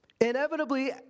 inevitably